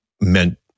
meant